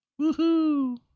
Woohoo